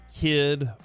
kid